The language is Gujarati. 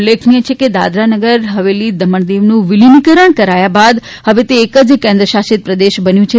ઉલ્લેખનીય છે કે દાદરાનગર હવેલી દમણ દીવનું વિલીનીકરણ કરાયા બાદ હવે તે એક જ કેન્દ્રશાસિત પ્રદેશ બન્યું છે